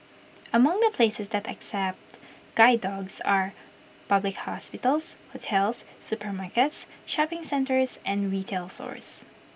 among the places that accept guide dogs are public hospitals hotels supermarkets shopping centres and retail stores